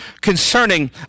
concerning